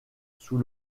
sous